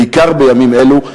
בעיקר בימים אלו.